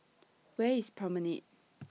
Where IS Promenade